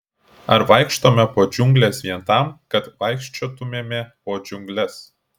ar vaikštome po džiungles vien tam kad vaikščiotumėme po džiungles